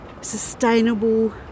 Sustainable